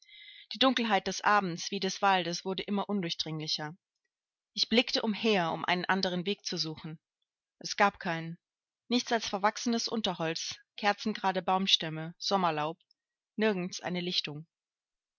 die dunkelheit des abends wie des waldes wurde immer undurchdringlicher ich blickte umher um einen anderen weg zu suchen es gab keinen nichts als verwachsenes unterholz kerzengerade baumstämme sommerlaub nirgends eine lichtung